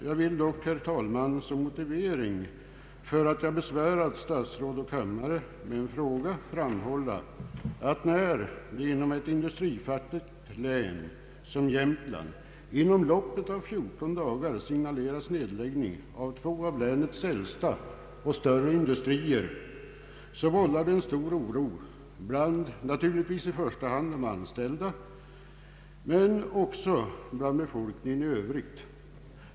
Jag vill dock, herr talman, som motivering för att jag har besvärat statsråd och kammare med frågan framhålla, att när det inom ett så industrifattigt län som Jämtland inom loppet av 14 dagar signaleras nedläggning av två av länets äldsta och större industrier, vållar det en stor oro, naturligtvis i första hand bland de anställda men även bland befolkningen i Övrigt.